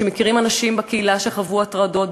שמכירים אנשים בקהילה שחוו הטרדות,